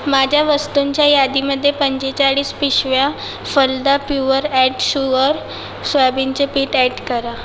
माझ्या वस्तूंच्या यादीमध्ये पंचेचाळीस पिशव्या फलदा प्युअर अॅट शुअर सोयाबिनचे पीठ ॲड करा